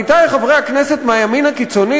עמיתי חברי הכנסת מהימין הקיצוני,